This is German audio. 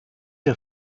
der